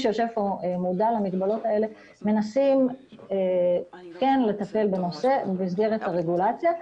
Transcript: שיושב כאן מודע למגבלות האלה מנסים כן לטפל בנושא במסגרת הרגולציה.